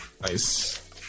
Nice